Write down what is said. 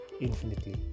infinitely